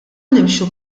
nimxu